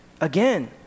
Again